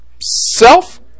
Self